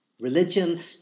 Religion